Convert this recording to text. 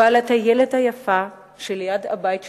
ועד הטיילת היפה שליד הבית שלנו.